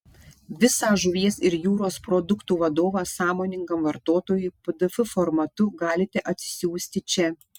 visą žuvies ir jūros produktų vadovą sąmoningam vartotojui pdf formatu galite atsisiųsti čia